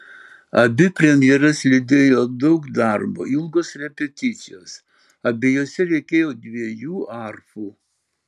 abi premjeras lydėjo daug darbo ilgos repeticijos abiejose reikėjo dviejų arfų